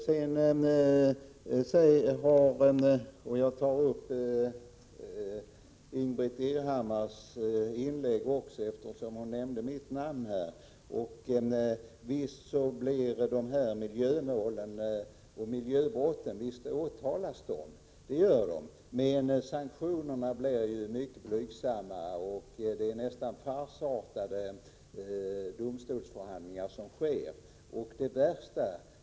Jag vill också bemöta Ingbritt Irhammars inlägg, eftersom hon nämnde mitt namn. Visst åtalas miljöbrott. Men sanktionerna blir mycket blygsamma. De domstolsförhandlingar som sker är nästan farsartade.